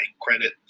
credit